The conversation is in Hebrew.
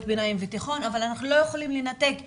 הביניים והתיכון אבל אנחנו לא יכולים לנתק את